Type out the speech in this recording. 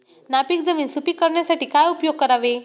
नापीक जमीन सुपीक करण्यासाठी काय उपयोग करावे?